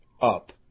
up